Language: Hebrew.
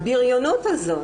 הבריונות הזאת.